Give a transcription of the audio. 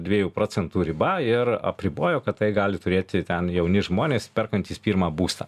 dviejų procentų riba ir apribojo kad tai gali turėti ten jauni žmonės perkantys pirmą būstą